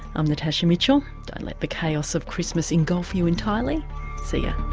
i'm natasha mitchell, don't let the chaos of christmas engulf you entire like seeya